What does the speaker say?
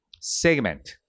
segment